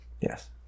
yes